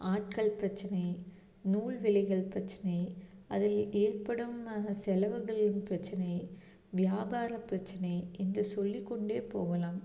ஆட்கள் பிரச்சினை நூல் விலைகள் பிரச்சினை அதில் ஏற்படும் செலவுகளின் பிரச்சினை வியாபார பிரச்சினை என்று சொல்லிக்கொண்டே போகலாம்